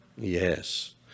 Yes